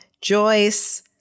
joyce